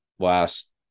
Last